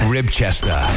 Ribchester